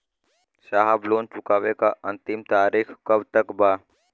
साहब लोन चुकावे क अंतिम तारीख कब तक बा?